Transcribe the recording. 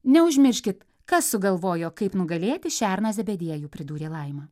neužmirškit kas sugalvojo kaip nugalėti šerną zebediejų pridūrė laima